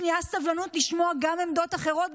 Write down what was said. ולשמוע גם עמדות אחרות,